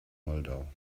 moldau